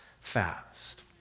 fast